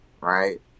right